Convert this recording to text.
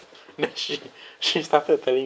she she started telling